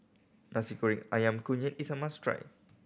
Nasi Goreng Ayam Kunyit is a must try